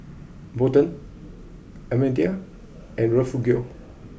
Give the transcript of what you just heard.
Bolden Almedia and Refugio